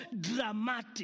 dramatic